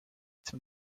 zum